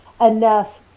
enough